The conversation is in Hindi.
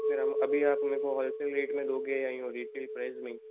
फिर हम अभी आप मेरे को होल सेल रेट में दोगे या यूँ रिटेल प्राइज़ में ही